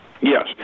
yes